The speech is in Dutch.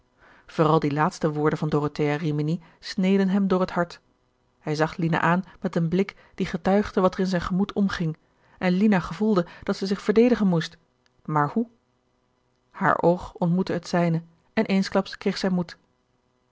vooral die laatste woorden van dorothea rimini sneden hem door t hart hij zag lina aan met een blik die getuigde wat er in zijn gemoed omging en lina gevoelde dat zij zich verdedigen moest maar hoe haar oog ontmoette het zijne en eensklaps kreeg zij moed